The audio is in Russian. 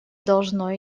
должно